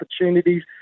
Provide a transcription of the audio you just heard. opportunities